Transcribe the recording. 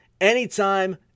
anytime